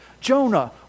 Jonah